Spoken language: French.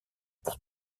pour